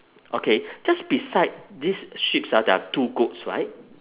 okay just beside these sheeps ah there are two goats right